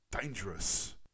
dangerous